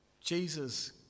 jesus